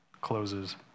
closes